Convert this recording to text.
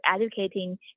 educating